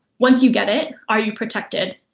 once you get it, are you protected.